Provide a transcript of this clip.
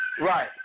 Right